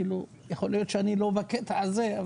יכול להיות שאני לא בקטע הזה,